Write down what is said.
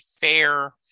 fair